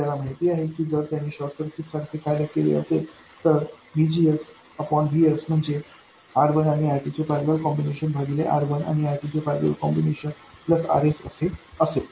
आपल्याला माहित आहे की जर त्याने शॉर्ट सर्किटसारखे कार्य केले असेल तर VGS VS म्हणजे R1आणिR2चे पैरलेल कॉम्बिनेशन भागिले R1आणिR2चे पैरलेल कॉम्बिनेशन प्लस RS असे असेल